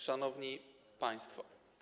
Szanowni Państwo!